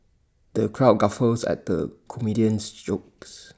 the crowd guffawed at the comedian's jokes